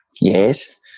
Yes